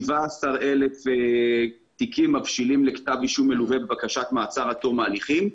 17,000 תיקים מבשילים לכתב אישום מלווה בבקשת מעצר עד תום ההליכים,